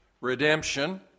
redemption